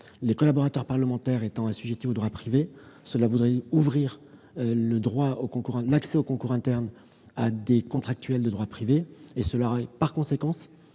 Les collaborateurs parlementaires étant assujettis au droit privé, une telle extension ouvrirait l'accès au concours interne à des contractuels de droit privé ; cela aurait pour conséquence